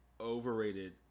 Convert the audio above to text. overrated